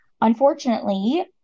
unfortunately